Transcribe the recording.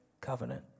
covenant